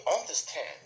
understand